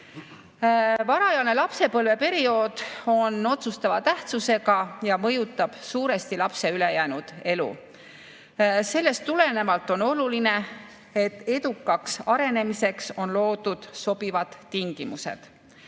Varajane lapsepõlveperiood on otsustava tähtsusega ja mõjutab suuresti lapse ülejäänud elu. Sellest tulenevalt on oluline, et edukaks arenemiseks on loodud sobivad tingimused.